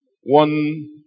one